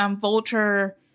Vulture